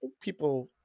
people